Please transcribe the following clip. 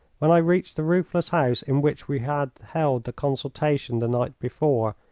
when i reached the roofless house in which we had held the consultation the night before,